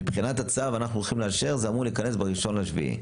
את הצו אנחנו הולכים לאשר והוא אמור להיכנס ב-1 ביולי,